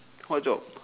what job